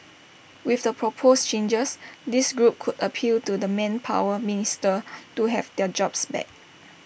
with the proposed changes this group could appeal to the manpower minister to have their jobs back